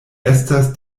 estas